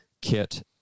kit